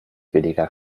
billiger